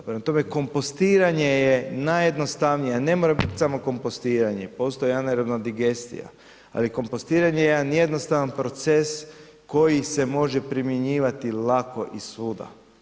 Prema tome, kompostiranje je najjednostavnije, a ne mora biti samo kompostiranje postoji i anaerobna digestija, ali kompostiranje je jedan jednostavan proces koji se može primjenjivati lako i svuda.